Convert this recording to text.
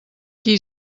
qui